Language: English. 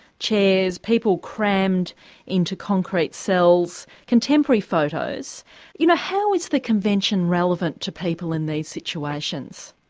chairs, people crammed into concrete cells, contemporary photos you know how is the convention relevant to people in these situations?